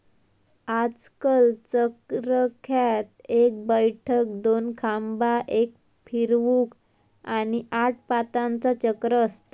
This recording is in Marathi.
आजकल चरख्यात एक बैठक, दोन खांबा, एक फिरवूक, आणि आठ पातांचा चक्र असता